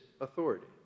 authority